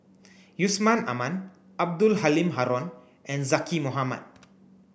Yusman Aman Abdul Halim Haron and Zaqy Mohamad